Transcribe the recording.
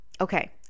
Okay